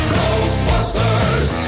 ghostbusters